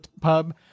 pub